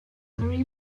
theory